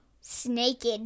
Snaked